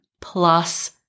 plus